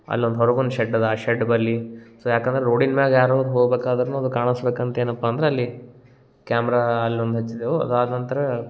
ಅಲ್ಲೊಂದು ಹೊರಗೊಂದ ಶೆಡ್ ಅದ ಆ ಶೆಡ್ ಬಲ್ಲಿ ಸೊ ಯಾಕಂದ್ರ ರೋಡಿನ ಮ್ಯಾಗ ಯಾರು ಒಬ್ಬ ಹೋಗ್ಬೇಕಾದರೂನು ಅದು ಕಾಣಸ್ಬೇಕಂತ ಏನಪ್ಪ ಅಂದ್ರ ಅಲ್ಲಿ ಕ್ಯಾಮ್ರಾ ಅಲ್ಲೊಂದು ಹಚ್ಚಿದೆವು ಅದಾದ ನಂತರ